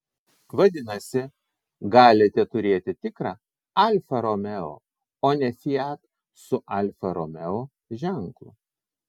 vadinasi galite turėti tikrą alfa romeo o ne fiat su alfa romeo ženklu